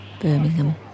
Birmingham